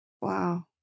Wow